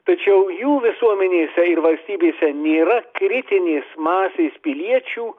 tačiau jų visuomenėse ir valstybėse nėra kritinės masės piliečių